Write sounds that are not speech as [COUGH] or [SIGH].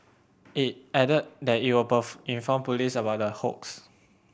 it added that it would [UNINTELLIGIBLE] inform police about the hoax